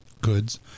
goods